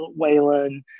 Waylon